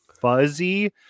fuzzy